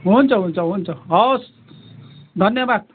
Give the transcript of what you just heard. हुन्छ हुन्छ हुन्छ हवस् धन्यवाद